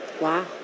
Wow